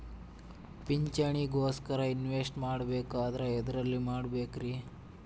ಪಿಂಚಣಿ ಗೋಸ್ಕರ ಇನ್ವೆಸ್ಟ್ ಮಾಡಬೇಕಂದ್ರ ಎದರಲ್ಲಿ ಮಾಡ್ಬೇಕ್ರಿ?